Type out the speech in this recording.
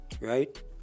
right